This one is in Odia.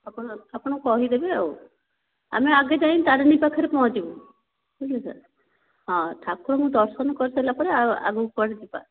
ଆପଣ ଆପଣ କହିଦେବେ ଆଉ ଆମେ ଆଗେ ଯାଇ ତାରିଣୀ ପାଖରେ ପହଞ୍ଚିବୁ ବୁଝିହେଲା ହଁ ଠାକୁରଙ୍କୁ ଦର୍ଶନ କରି ସାରିଲା ପରେ ଆଉ ଆଗକୁ କୁଆଡ଼େ ଯିବା